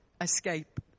escape